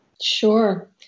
Sure